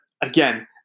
again